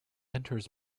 enters